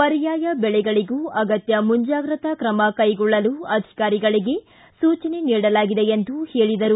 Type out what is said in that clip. ಪರ್ಯಾಯ ಬೆಳೆಗಳಿಗೂ ಅಗತ್ತ ಮುಂಜಾಗ್ಯತಾ ಕ್ರಮ ಕೈಗೊಳ್ಳಲು ಅಧಿಕಾರಿಗಳಿಗೆ ಸೂಚನೆ ನೀಡಲಾಗಿದೆ ಎಂದು ಹೇಳಿದರು